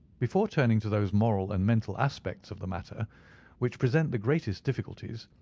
before turning to those moral and mental aspects of the matter which present the greatest difficulties,